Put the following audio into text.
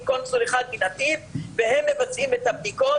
קונסול אחד מנתיב והם מבצעים את הבדיקות.